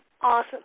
awesome